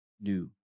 new